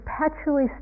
perpetually